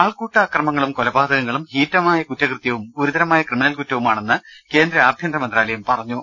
ആൾക്കൂട്ട അക്രമങ്ങളും കൊലപാതകങ്ങളും ഹീനമായ കുറ്റകൃ ത്യവും ഗുരുതരമായ ക്രിമിനൽ കുറ്റവുമാണെന്ന് കേന്ദ്ര ആഭ്യന്തരമന്ത്രാ ലയം പറഞ്ഞു